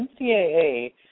NCAA